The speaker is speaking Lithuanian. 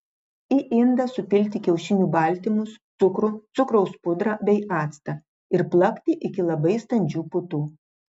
į indą supilti kiaušinių baltymus cukrų cukraus pudrą bei actą ir plakti iki labai standžių putų